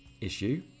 issue